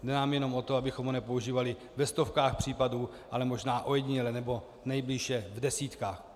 Jde nám jenom o to, abychom ho nepoužívali ve stovkách případů, ale možná ojediněle nebo nejvýše v desítkách.